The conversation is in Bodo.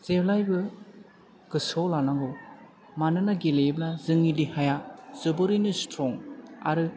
जेब्लायबो गोसोआव लानांगौ मानोना गेलेयोब्ला जोंनि देहाया जोबोरैनो स्थ्रं आरो